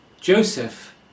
Joseph